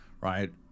right